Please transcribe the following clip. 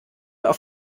auf